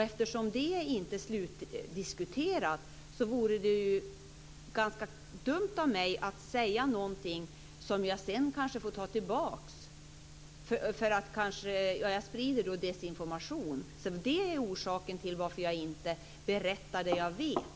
Eftersom frågan inte är slutdiskuterad vore det dumt av mig att säga någonting som jag sedan kanske måste ta tillbaka. Jag skulle då sprida desinformation. Det är orsaken till varför jag inte berättade det jag vet.